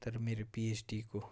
तर मेरो पिएचडीको